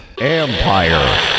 Empire